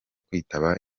kwitaba